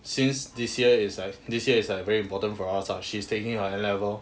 since this year is like this year is like very important for us ah she's taking her N level